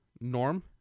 Norm